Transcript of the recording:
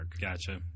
gotcha